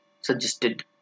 suggested